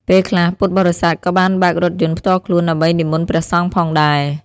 ពេលខ្លះពុទ្ធបរិស័ទក៏បានបើករថយន្តផ្ទាល់ខ្លួន ដើម្បីនិមន្តព្រះសង្ឃផងដែរ។